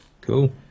cool